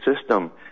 system